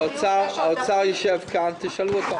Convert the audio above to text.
האוצר יושב כאן - תשאלו אותו.